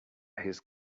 his